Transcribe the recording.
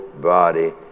body